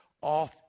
off